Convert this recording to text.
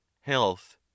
health